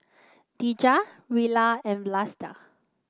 Dejah Rilla and Vlasta